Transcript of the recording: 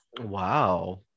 wow